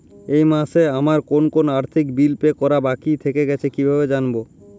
এই মাসে আমার কোন কোন আর্থিক বিল পে করা বাকী থেকে গেছে কীভাবে জানব?